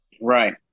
Right